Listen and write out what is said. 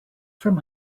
from